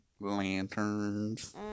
lanterns